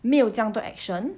没有这样多 action